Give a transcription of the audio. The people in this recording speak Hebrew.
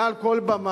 מעל כל במה,